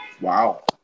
Wow